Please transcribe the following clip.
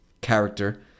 character